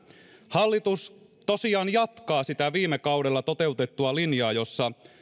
hallitus tosiaan jatkaa sitä viime kaudella toteutettua linjaa jossa